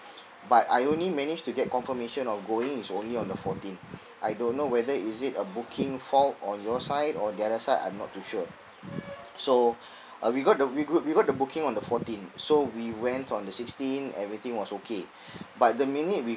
but I only managed to get confirmation of going it's only on the fourteen I don't know whether is it a booking fault on your side or the other side I'm not too sure so uh we got the we got we got the booking on the fourteen so we went on the sixteen everything was okay but the minute we